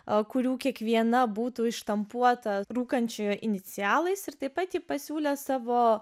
kurių kiekviena būtų išštampuota rūkančiojo inicialais ir taip pat ji pasiūlę savo